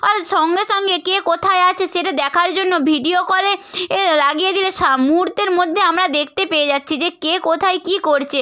all সঙ্গে সঙ্গে কে কোথায় আছে সেটা দেখার জন্য ভিডিও কলে এ লাগিয়ে দিলে সা মুহূর্তের মধ্যে আমরা দেখতে পেয়ে যাচ্ছি যে কে কোথায় কী করছে